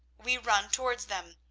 we run towards them,